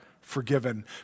forgiven